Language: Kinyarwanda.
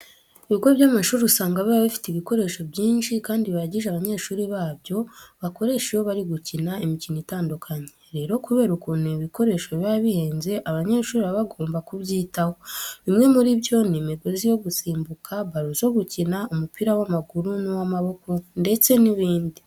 Ibigo by'amashuri usanga biba bifite ibikoresho byinshi kandi bihagije abanyeshuri babyo bakoresha iyo bari gukina imikino itandukanye. Rero kubera ukuntu ibi bikoresho biba bihenze abanyeshuri baba bagomba kubyitaho. Bimwe muri byo ni imigozi yo gusimbuka, balo zo gukina umupira w'amaguru n'uw'amaboko ndetse n'ibindi.